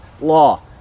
law